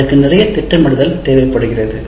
ஆனால் அதற்கு நிறைய திட்டமிடுதல் தேவைப்படுகிறது